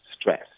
stress